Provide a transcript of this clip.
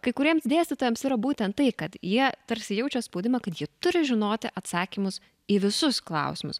kai kuriems dėstytojams yra būtent tai kad jie tarsi jaučia spaudimą kad jie turi žinoti atsakymus į visus klausimus